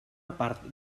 part